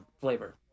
flavor